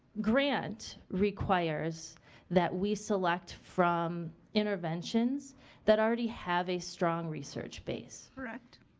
grant requires that we select from interventions that already have a strong research base. correct.